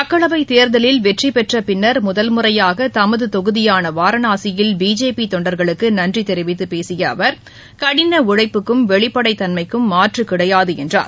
மக்களவைத் தேர்தலில் வெற்றிபெற்ற பின்னர் முதல் முறையாக தமதுக தொகுதியான வாரணாசியில் பிஜேபி தொண்டர்களுக்கு நன்றி தெரிவித்து பேசிய அவர் கீடன உழைப்புக்கும் வெளிப்படைத் தன்மைக்கும் மாற்று கிடையாது என்றார்